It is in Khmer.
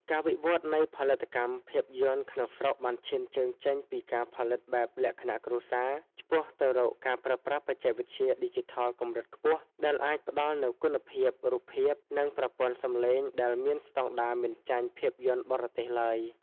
ការវិវត្តនៃផលិតកម្មភាពយន្តក្នុងស្រុកបានឈានជើងចេញពីការផលិតបែបលក្ខណៈគ្រួសារ ឆ្ពោះទៅរកការប្រើប្រាស់បច្ចេកវិទ្យាឌីជីថលកម្រិតខ្ពស់ ដែលអាចផ្ដល់នូវគុណភាពរូបភាព និងប្រព័ន្ធសំឡេងដែលមានស្ដង់ដារមិនចាញ់ភាពយន្តបរទេសឡើយ។